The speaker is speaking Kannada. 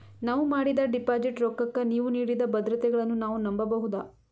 ನಾವು ಮಾಡಿದ ಡಿಪಾಜಿಟ್ ರೊಕ್ಕಕ್ಕ ನೀವು ನೀಡಿದ ಭದ್ರತೆಗಳನ್ನು ನಾವು ನಂಬಬಹುದಾ?